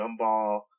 Gumball